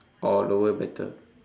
oh lower better